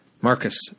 Marcus